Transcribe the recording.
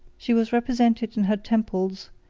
she was represented in her temples,